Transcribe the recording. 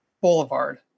Boulevard